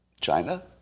China